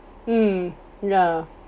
mm ya